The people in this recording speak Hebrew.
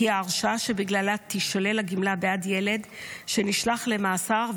כי ההרשעה שבגללה תישלל הגמלה בעד ילד שנשלח למאסר,